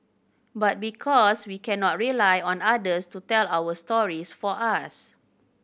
but because we cannot rely on others to tell our stories for us